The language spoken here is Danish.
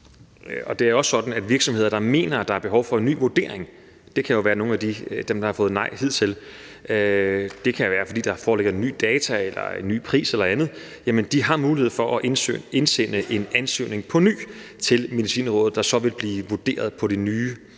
Det er sådan, at virksomheder, der mener, at der er behov for en ny vurdering – det kan jo være nogle af dem, der har fået nej hidtil; det kan være, at der foreligger nye data eller en ny pris eller andet – har mulighed for at indsende en ansøgning på ny til Medicinrådet, og den vil så blive vurderet efter de nye